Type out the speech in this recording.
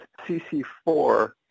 CC4